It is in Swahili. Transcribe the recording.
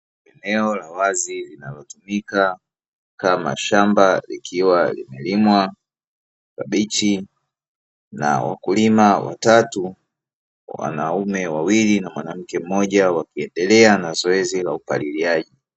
Eneo la wazi linalotumika kama shamba, likiwa limelimwa kabichi; na wakulima watatu, wanaume wawili na mwanamke mmoja wakiendelea na zoezi la upaliliaji.